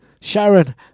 Sharon